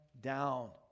down